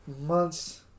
months